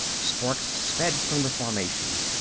sparks sped from the formation.